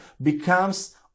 becomes